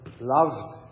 loved